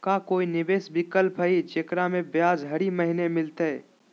का कोई निवेस विकल्प हई, जेकरा में ब्याज हरी महीने मिलतई?